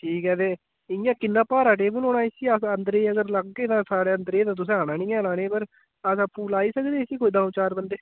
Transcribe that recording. ठीक ऐ ते इयां किन्ना भारा टेबल होना इसी अस आंदरै गी अगर लाग्गे तां स्हाड़े आंदरै ते तुसें आना नि ऐ लाने पर अस आपूं लाई सकने इसी कोई द'ऊं चार बंदे